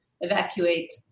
evacuate